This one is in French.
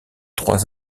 trois